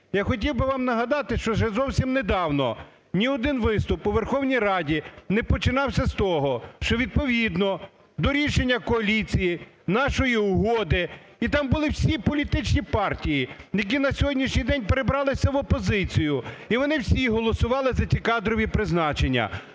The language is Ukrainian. Я хотів би вам нагадати, що ще зовсім недавно ні один виступ у Верховній Раді не починався з того, що відповідно до рішення коаліції, нашої угоди… І там були всі політичні партії, які на сьогоднішній день перебралися в опозицію. І вони всі голосували за ці кадрові призначення.